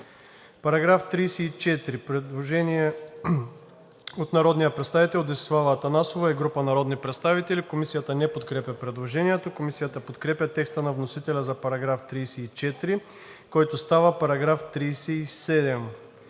По § 34 има предложение от народния представител Десислава Атанасова и група народни представители. Комисията не подкрепя предложението. Комисията подкрепя текста на вносителя за § 34, който става § 37.